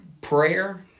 prayer